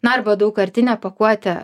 na arba daugkartinė pakuotė